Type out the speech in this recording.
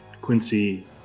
Quincy